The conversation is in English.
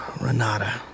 Renata